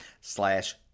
slash